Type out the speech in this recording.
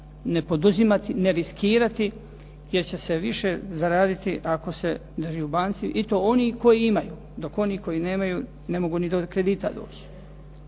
ne poduzimati, ne riskirati, jer će se više zaraditi ako se drži u banci. I to oni koji imaju, dok oni koji nemaju ne mogu ni do kredita doći.